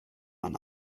man